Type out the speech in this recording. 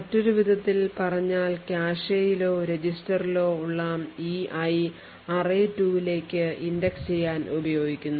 മറ്റൊരു വിധത്തിൽ പറഞ്ഞാൽ കാഷെയിലോ രജിസ്റ്ററിലോ ഉള്ള ഈ i array2 ലേക്ക് ഇൻഡെക്സ് ചെയ്യാൻ ഉപയോഗിക്കുന്നു